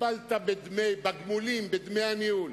הפלת בגמולים, בדמי הניהול,